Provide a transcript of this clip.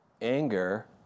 anger